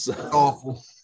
Awful